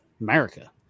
America